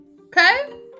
Okay